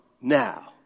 now